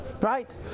right